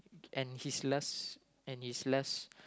and his last and his last